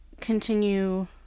continue